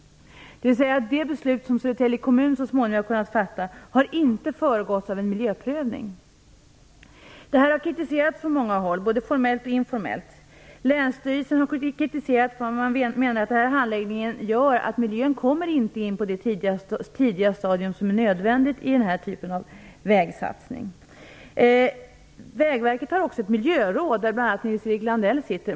Det beslut som Södertälje kommun så småningom har kunnat fatta har inte föregåtts av en miljöprövning. Det här har kritiserats från många håll, både formellt och informellt. Länsstyrelsen har kritiserat detta, eftersom man menar att den här handledningen medför att miljön inte kommer in på det tidiga stadium som är nödvändigt vid den här typen av vägsatsning. Vägverket har också ett miljöråd där bl.a. Nils-Erik Landell ingår.